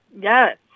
Yes